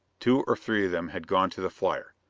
two or three of them had gone to the flyer.